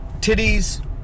titties